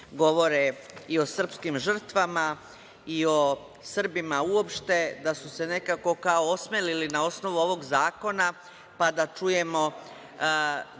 govore i o srpskim žrtvama i o Srbima uopšte, da su se nekako kao osmelili na osnovu ovog zakona, pa da čujemo